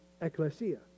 ecclesia